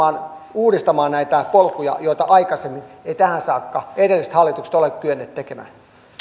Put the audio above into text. uudistamaan näitä polkuja joita aikaisemmin eivät tähän saakka edelliset hallitukset ole kyenneet tekemään täällä